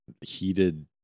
heated